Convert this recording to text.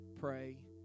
Pray